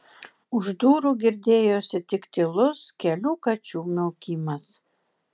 už durų girdėjosi tik tylus kelių kačių miaukimas